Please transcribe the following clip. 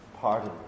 pardon